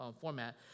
format